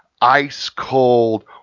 ice-cold